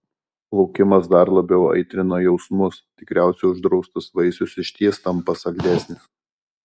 laukimas dar labiau aitrino jausmus tikriausiai uždraustas vaisius išties tampa saldesnis